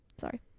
sorry